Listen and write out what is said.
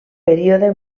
període